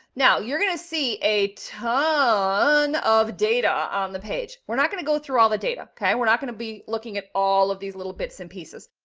now you're going to see a ton of data on the page. we're not going to go through all the data, okay? we're not going to be looking at all of these little bits and pieces,